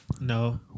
No